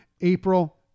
April